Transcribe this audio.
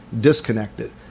disconnected